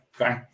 okay